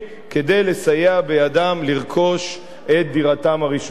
כדי לסייע בידם לרכוש את דירתם הראשונה.